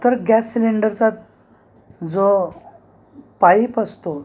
तर गॅस सिलेंडरचा जो पाईप असतो